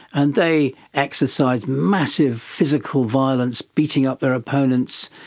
and they exercised massive physical violence, beating up their opponents,